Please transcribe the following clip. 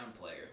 player